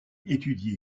étudié